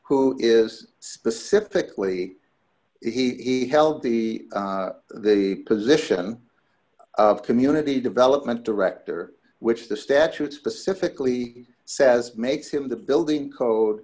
ready specifically he held the the position of community development director which the statute specifically says makes him the building code